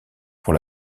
pour